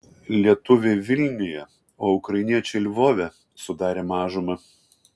lietuviai vilniuje o ukrainiečiai lvove sudarė mažumą